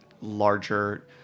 larger